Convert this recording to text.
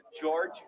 George